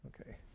Okay